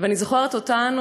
ואני זוכרת אותנו,